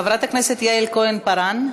חברת הכנסת יעל כהן-פארן.